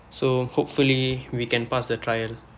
so hopefully we can pass the trial